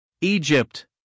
Egypt